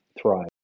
thrive